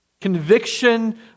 Conviction